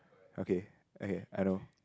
okay okay I know